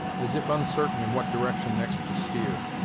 as if uncertain in what direction next to steer.